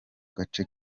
gace